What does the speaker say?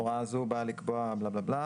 "הוראה זו באה לקבוע את